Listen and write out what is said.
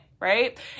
right